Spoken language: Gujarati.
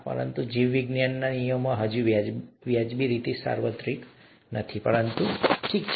પરંતુ જીવવિજ્ઞાનમાં નિયમો હજી વ્યાજબી રીતે સાર્વત્રિક નથી ઠીક છે